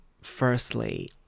Firstly